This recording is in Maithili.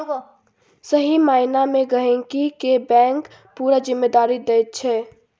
सही माइना मे गहिंकी केँ बैंक पुरा जिम्मेदारी दैत छै